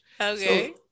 Okay